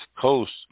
Coast